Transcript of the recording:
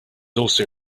also